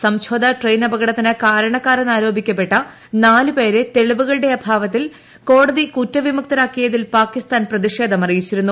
Samjhauta train അപകടത്തിന് കാരണക്കാരെന്ന് ആരോപിക്കപ്പെട്ട നാല് പേരെ തെളിവുകളുടെ അഭാവത്തിൽ കോടതി കുറ്റവിമുക്തനാ ക്കിയതിൽ പാകിസ്ഥാൻ പ്രതിഷ്ട്രേധ്മറിയിച്ചിരുന്നു